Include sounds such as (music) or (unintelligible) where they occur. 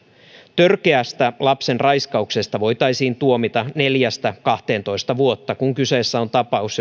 törkeästä lapsen raiskauksesta voitaisiin tuomita neljästä kahteentoista vuotta kun kyseessä on tapaus (unintelligible)